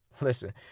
Listen